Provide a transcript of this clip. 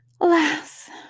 Alas